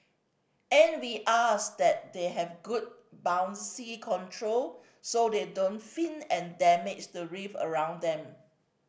and we ask that they have good buoyancy control so they don't fin and damage the reef around them